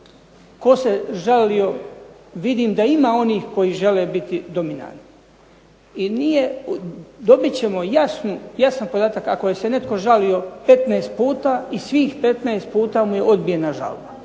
tko se žalio vidim da ima onih koji žele biti dominantni. I nije, dobit ćemo jasan podatak ako je se netko žalio 15 puta i svih 15 puta mu je odbijena žalba.